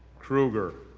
krueger,